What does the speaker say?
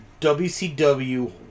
WCW